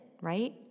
right